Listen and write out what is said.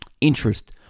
Interest